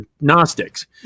Gnostics